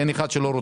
זה נושא ששווה